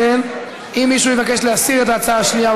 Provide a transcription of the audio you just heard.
אם מישהו יבקש להסיר את ההצעה השנייה,